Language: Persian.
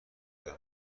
بودم